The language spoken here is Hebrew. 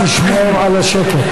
חברי הכנסת, נא לשמור על השקט.